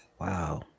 Wow